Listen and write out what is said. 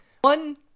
One